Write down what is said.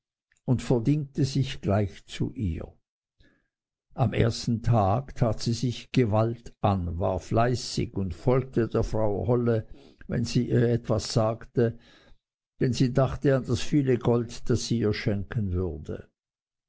und verdingte sich gleich zu ihr am ersten tag tat sie sich gewalt an war fleißig und folgte der frau holle wenn sie ihr etwas sagte denn sie dachte an das viele gold das sie ihr schenken würde